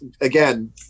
again